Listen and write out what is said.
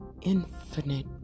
infinite